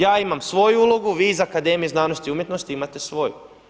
Ja imam svoju ulogu, vi iz Akademije znanosti i umjetnosti imate svoju.